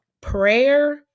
prayer